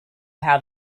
how